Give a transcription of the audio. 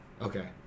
Okay